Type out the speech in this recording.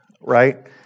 right